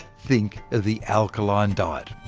think of the alkaline diet?